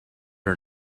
are